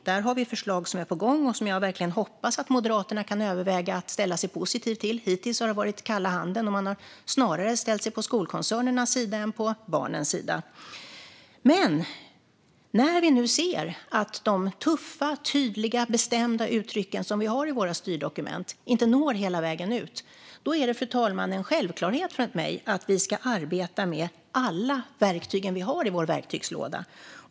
Där har vi förslag på gång som jag verkligen hoppas att Moderaterna kan överväga att ställa sig positiva till. Hittills har det varit kalla handen. Man har snarare ställt sig på skolkoncernernas sida än på barnens sida. Men när vi nu ser att de tuffa, tydliga och bestämda uttryck som vi har i våra styrdokument inte når hela vägen ut är det, fru talman, en självklarhet för mig att vi ska arbeta med alla verktyg vi har i vår verktygslåda.